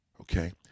okay